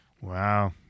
Wow